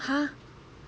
!huh!